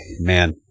man